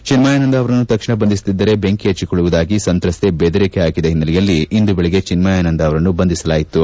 ಚಿನ್ಮಯನಂದಾ ಅವರನ್ನು ತಕ್ಷಣ ಬಂಧಿಸದಿದ್ದರೆ ಬೆಂಕಿ ಪಚ್ಚಿಕೊಳ್ಳುವುದಾಗಿ ಸಂತ್ರಸ್ವೆ ಬೆದರಿಕೆ ಪಾಕಿದ ಹಿನ್ನೆಲೆಯಲ್ಲಿ ಇಂದು ಬೆಳಗ್ಗೆ ಚಿನ್ನಯನಂದಾ ಅವರನ್ನು ಬಂಧಿಸಲಾಯಿತು